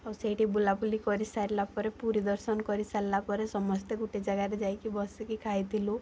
ଓ ସେଇଠି ବୁଲାବୁଲି କରି ସାରିଲା ପରେ ପୁରୀ ଦର୍ଶନ କରିସାରିଲା ପରେ ସମସ୍ତେ ଗୋଟେ ଜାଗାରେ ଯାଇକି ବସିକି ଖାଇଥିଲୁ